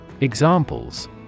Examples